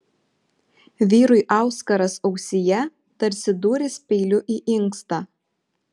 vyrui auskaras ausyje tarsi dūris peiliu į inkstą